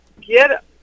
get